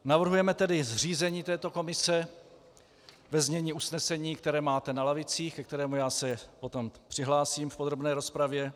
Navrhujeme tedy zřízení této komise ve znění usnesení, které máte na lavicích, ke kterému se potom přihlásím v podrobné rozpravě.